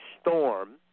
storm